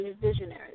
visionaries